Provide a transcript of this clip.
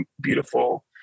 beautiful